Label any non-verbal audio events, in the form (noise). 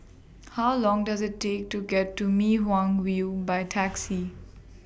How Long Does IT Take to get to Mei Hwan View By Taxi (noise)